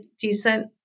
decent